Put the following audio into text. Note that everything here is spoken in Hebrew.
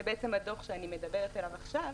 זה הדוח שאני מדברת עליו עכשיו,